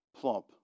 plump